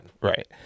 Right